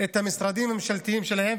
את המשרדים הממשלתיים שלהם,